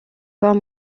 pas